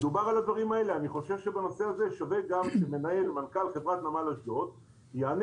אני חושב שבנושא הזה שווה שמנכ"ל חברת נמל אשדוד יענה